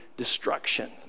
Destruction